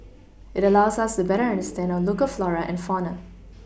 it allows us to better understand our local flora and fauna